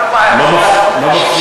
לא מפסיקים,